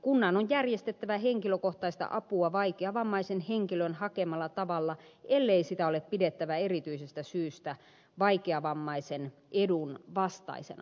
kunnan on järjestettävä henkilökohtaista apua vaikeavammaisen henkilön hakemalla tavalla ellei sitä ole pidettävä erityisestä syystä vaikeavammaisen edun vastaisena